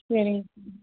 சரிங் சார்